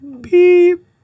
beep